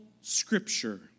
scripture